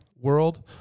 world